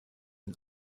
den